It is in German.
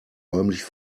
räumlich